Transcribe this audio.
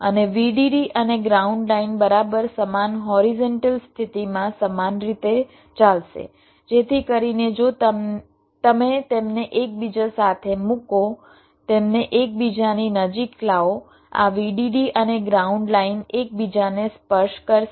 અને VDD અને ground line બરાબર સમાન હોરિઝોન્ટલ સ્થિતિમાં સમાન રીતે ચાલશે જેથી કરીને જો તમે તેમને એકસાથે મૂકો તેમને એકબીજાની નજીક લાવો આ VDD અને ગ્રાઉન્ડ લાઇન એકબીજાને સ્પર્શ કરશે